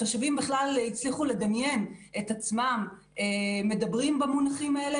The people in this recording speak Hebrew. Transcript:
התושבים הצליחו לדמיין את עצמם מדברים במונחים האלה,